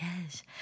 Yes